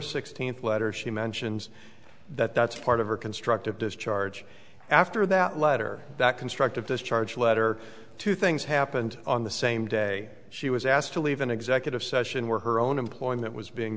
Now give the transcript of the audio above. sixteenth letter she mentions that that's part of her constructive discharge after that letter that constructive discharge letter two things happened on the same day she was asked to leave an executive session were her own employing that was being